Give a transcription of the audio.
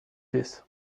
this